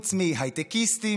חוץ מהייטקיסטים,